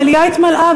המליאה התמלאה,